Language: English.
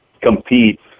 compete